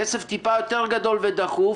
כסף טיפה יותר גדול ודחוף,